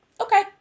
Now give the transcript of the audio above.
Okay